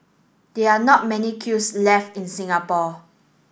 there are not many kilns left in Singapore